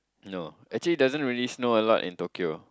no actually doesn't really snow a lot in Tokyo